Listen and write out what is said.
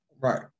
Right